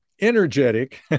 energetic